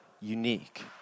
unique